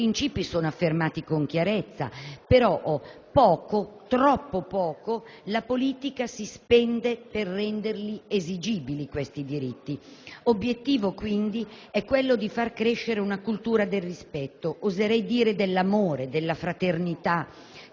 i principi sono affermati con chiarezza, però troppo poco la politica si spende per rendere esigibili i diritti. L'obiettivo, quindi, è quello di far crescere una cultura del rispetto, oserei dire dell'amore, della fraternità,